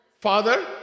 father